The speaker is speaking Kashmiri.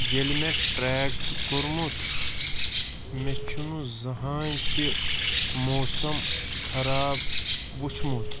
ییٚلہِ مےٚ ٹریک چھُ کوٚرمُت مےٚ چھُنہِ زٕہٕنۍ تہٕ موسَم خراب وُچھمُت